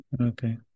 Okay